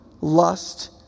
lust